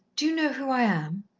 do you know who i am?